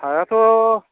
हायाथ'